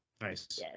Nice